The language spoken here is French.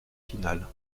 finale